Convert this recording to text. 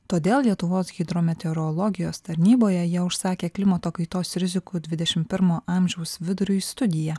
todėl lietuvos hidrometeorologijos tarnyboje jie užsakė klimato kaitos rizikų dvidešim pirmo amžiaus viduriui studiją